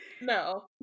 no